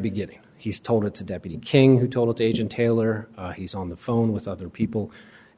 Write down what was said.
beginning he's told it to deputy king who told agent taylor he's on the phone with other people